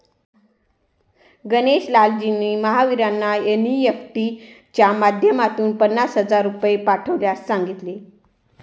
गणेश लालजींनी महावीरांना एन.ई.एफ.टी च्या माध्यमातून पन्नास हजार रुपये पाठवण्यास सांगितले